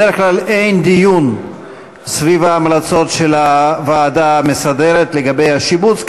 בדרך כלל אין דיון סביב ההמלצות של הוועדה המסדרת לגבי השיבוץ,